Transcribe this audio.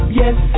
yes